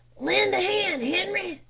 lend a hand, henri,